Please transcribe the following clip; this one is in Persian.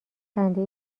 خنده